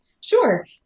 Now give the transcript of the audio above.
Sure